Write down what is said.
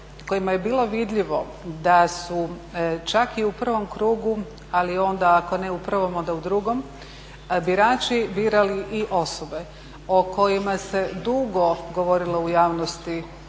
kojima je bilo vidljivo da su čak i u prvom krugu, ali onda ako ne u prvom onda u drugom, birači birali i osobe o kojima se dugo govorilo u javnosti